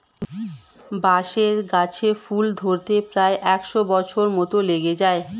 বাঁশের গাছে ফুল ধরতে প্রায় একশ বছর মত লেগে যায়